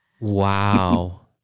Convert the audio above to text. Wow